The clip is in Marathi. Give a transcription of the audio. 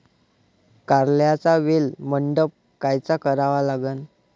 कारल्याचा वेल मंडप कायचा करावा लागन?